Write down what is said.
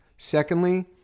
Secondly